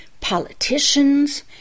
politicians